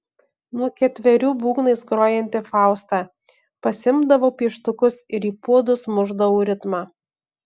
nuo ketverių būgnais grojanti fausta pasiimdavau pieštukus ir į puodus mušdavau ritmą